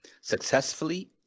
successfully